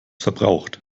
verbraucht